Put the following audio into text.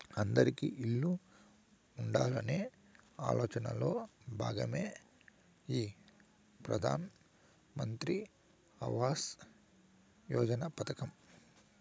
అందిరికీ ఇల్లు ఉండాలనే ఆలోచనలో భాగమే ఈ ప్రధాన్ మంత్రి ఆవాస్ యోజన పథకం